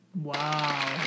Wow